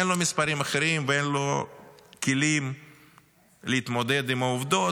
אין לו מספרים אחרים ואין לו כלים להתמודד עם העובדות,